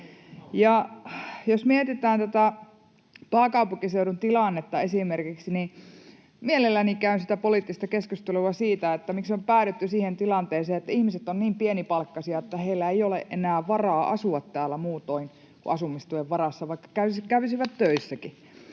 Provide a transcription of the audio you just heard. esimerkiksi tätä pääkaupunkiseudun tilannetta, niin mielelläni käyn poliittista keskustelua siitä, miksi on päädytty siihen tilanteeseen, että ihmiset ovat niin pienipalkkaisia, että heillä ei ole enää varaa asua täällä muutoin kuin asumistuen varassa, vaikka kävisivät töissäkin.